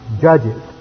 judges